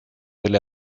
delle